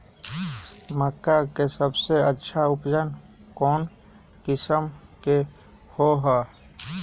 मक्का के सबसे अच्छा उपज कौन किस्म के होअ ह?